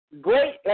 great